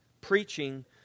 preaching